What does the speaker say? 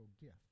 gift